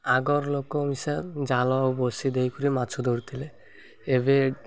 ଆଗର ଲୋକ ମିଶା ଜାଲ ଓ ବସି ଦେଇ କରି ମାଛ ଧରୁଥିଲେ ଏବେ